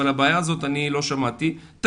אבל על הבעיה הזאת לא שמעתי ממך,